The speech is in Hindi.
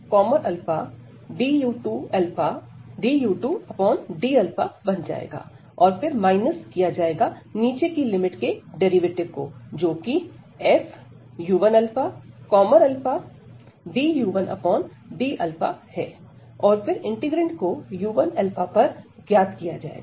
और यह fu2ααdu2d बन जाएगा और फिर माइनस किया जाएगा नीचे की लिमिट के डेरिवेटिव को जो कि fu1ααdu1dα है और फिर इंटीग्रैंड को u1 पर ज्ञात किया जाएगा